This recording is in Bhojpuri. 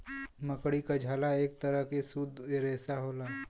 मकड़ी क झाला एक तरह के शुद्ध रेसा होला